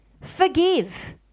Forgive